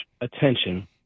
attention